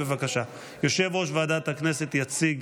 יושב-ראש ועדת הכנסת יציג